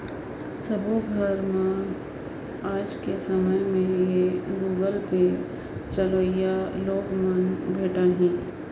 सबो घर मे आएज के समय में ये गुगल पे चलोइया लोग मन भेंटाहि